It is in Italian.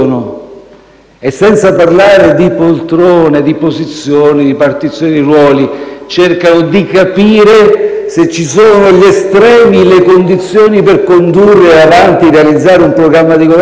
e, senza parlare di poltrone, di posizioni, di partizioni di ruoli, cercano di capire se ci sono gli estremi e le condizioni per condurre avanti e realizzare un programma di Governo?